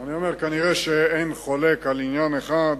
אני אומר: כנראה שאין חולק על עניין אחד,